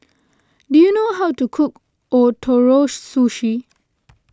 do you know how to cook Ootoro Sushi